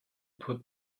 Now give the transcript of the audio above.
put